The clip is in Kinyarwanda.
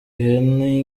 ihene